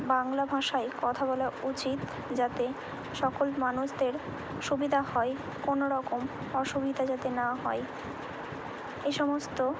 বাংলা ভাষায় কথা বলা উচিত যাতে সকল মানুষদের সুবিধা হয় কোনোরকম অসুবিধা যাতে না হয় এই সমস্ত